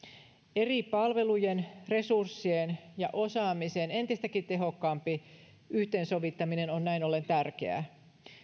eri palvelujen resurssien ja osaamisen entistäkin tehokkaampi yhteensovittaminen on näin ollen tärkeää